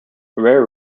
rare